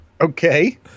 Okay